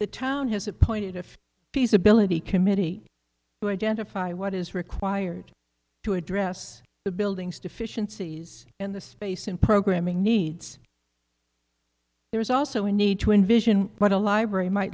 the town has appointed a feasibility committee to identify what is required to address the building's deficiency and the space and programming needs there is also a need to envision what a library might